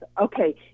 Okay